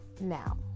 now